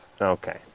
Okay